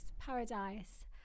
paradise